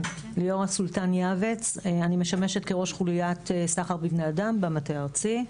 אני משמשת כראש חוליית סחר בבני אדם במטה הארצי.